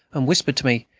and whispered to me,